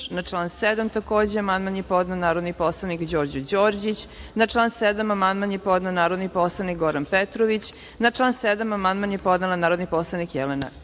takođe amandman je podneo narodni poslanik Đorđo Đorđić. Na član 7. amandman je podneo narodni poslanik Goran Petrović. Na član 7. amandman je podnela narodni poslanik Jelena